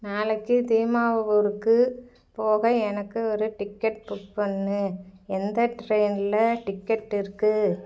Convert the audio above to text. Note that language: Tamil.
நாளைக்கு தீமாவூருக்குப் போக எனக்கு ஒரு டிக்கெட் புக் பண்ணு எந்த ட்ரெயின்ல டிக்கெட் இருக்குது